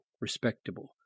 respectable